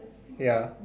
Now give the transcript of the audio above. ya